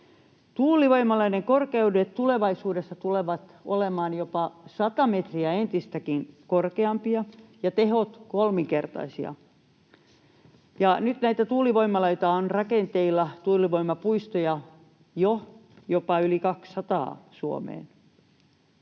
Tuulivoimaloiden korkeudet tulevaisuudessa tulevat olemaan jopa sata metriä entistäkin korkeampia ja tehot kolminkertaisia, ja nyt näitä tuulivoimaloita on rakenteilla, tuulivoimapuistoja, jo jopa yli kaksisataa Suomeen,